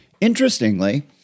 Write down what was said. Interestingly